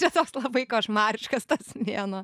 čia toks labai košmariškas tas mėnuo